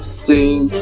sing